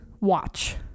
watch